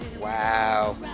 Wow